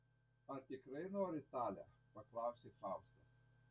ar tikrai nori tale paklausė faustas